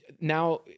now